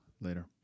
Later